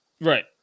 Right